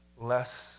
less